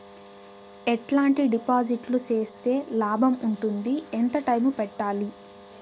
ఎట్లాంటి డిపాజిట్లు సేస్తే లాభం ఉంటుంది? ఎంత టైము పెట్టాలి?